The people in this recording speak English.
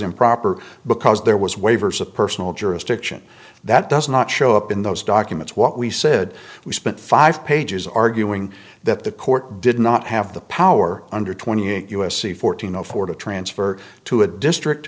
improper because there was waivers of personal jurisdiction that does not show up in those documents what we said we spent five pages arguing that the court did not have the power under twenty eight u s c fourteen zero four to transfer to a district